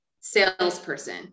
salesperson